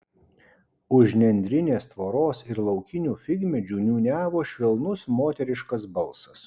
už nendrinės tvoros ir laukinių figmedžių niūniavo švelnus moteriškas balsas